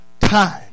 time